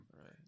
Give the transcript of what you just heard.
Right